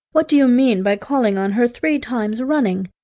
what do you mean by calling on her three times running?